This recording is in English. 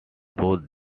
both